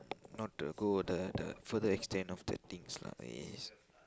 not the good the the further extend of the things lah ways